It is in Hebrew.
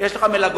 יש לך מלגות,